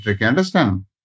Understand